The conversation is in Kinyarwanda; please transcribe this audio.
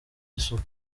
isuku